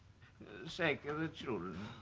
sake of the children